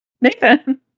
Nathan